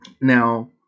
Now